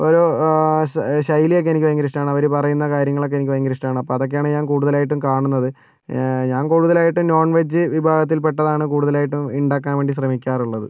ഒരു ശൈലി ഒക്കെ എനിക്ക് ഭയങ്കര ഇഷ്ടമാണ് അവർ പറയുന്ന കാര്യങ്ങളൊക്കെ എനിക്ക് ഭയങ്കര ഇഷ്ടമാണ് അപ്പോൾ അതൊക്കെയാണ് ഞാൻ കൂടുതലായിട്ട് കാണുന്നത് ഞാൻ കുടുതലായിട്ട് നോൺ വെജ് വിഭാഗത്തിൽ പെട്ടതാണ് കൂടുതലായിട്ടും ഉണ്ടാക്കാൻ വേണ്ടി ശ്രമിക്കാറുള്ളത്